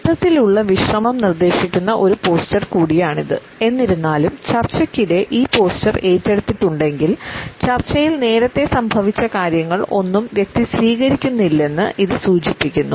മൊത്തത്തിലുള്ള വിശ്രമം നിർദ്ദേശിക്കുന്ന ഒരു പോസ്ചർ കൂടിയാണിത് എന്നിരുന്നാലും ചർച്ചയ്ക്കിടെ ഈ പോസ്ചർ ഏറ്റെടുത്തിട്ടുണ്ടെങ്കിൽ ചർച്ചയിൽ നേരത്തെ സംഭവിച്ച കാര്യങ്ങൾ ഒന്നും വ്യക്തി സ്വീകരിക്കുന്നില്ലെന്ന് ഇത് സൂചിപ്പിക്കുന്നു